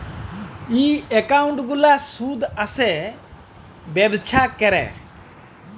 ই account গুলার সুদ আসে ব্যবছা ক্যরে